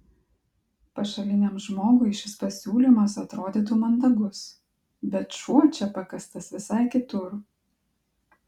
pašaliniam žmogui šis pasiūlymas atrodytų mandagus bet šuo čia pakastas visai kitur